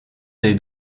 dei